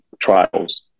trials